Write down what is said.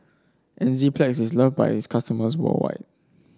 Enzyplex is loved by its customers worldwide